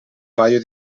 paio